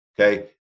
Okay